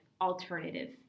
alternative